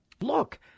look